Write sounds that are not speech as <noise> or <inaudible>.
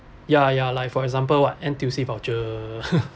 ya ya like for example what N_T_U_C voucher <laughs>